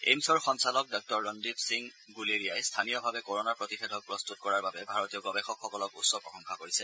এইমছৰ সঞ্চালক ডাঃ ৰনদিপ সিং গুলেৰিয়াই স্থানীয়ভাৱে কৰনা প্ৰতিষেধক প্ৰস্তুত কৰাৰ বাবে ভাৰতীয় গৱেষকসকলক উচ্চ প্ৰশংসা কৰিছে